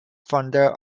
founder